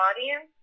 audience